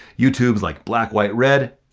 youtube's like black, white, red,